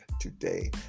today